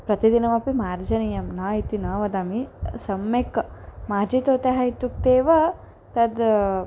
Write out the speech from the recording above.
प्रतिदिनमपि मार्जनीयं न इति न वदामि सम्यक् मार्जितवत्यः इत्युक्तेव तद्